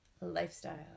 lifestyle